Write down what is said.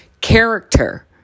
Character